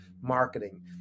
marketing